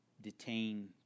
detain